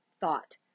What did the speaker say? thought